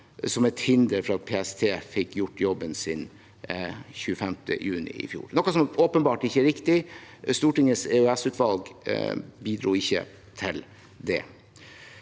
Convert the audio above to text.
som et hinder for at PST fikk gjort jobben sin den 25. juni i fjor, noe som åpenbart ikke er riktig. Stortingets EOS-utvalg bidro ikke til det.